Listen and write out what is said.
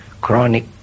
chronic